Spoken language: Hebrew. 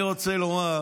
אני רוצה לומר,